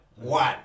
One